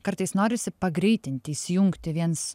kartais norisi pagreitinti įsijungti viens